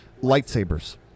Lightsabers